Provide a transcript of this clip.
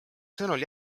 sõnul